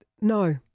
No